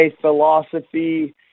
philosophy